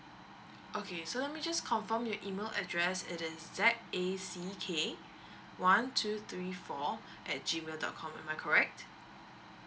okay so let me just confirm your email address it is z a c k one two three four at G mail dot com am I correct